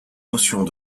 notions